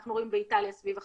אנחנו רואים באיטליה סביב ה-15%.